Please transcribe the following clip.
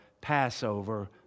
Passover